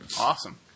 Awesome